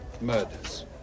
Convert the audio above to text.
murders